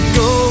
go